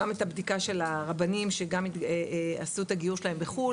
גם את הבדיקה של הרבנים שגם עשו את הגיור שלהם בחו"ל,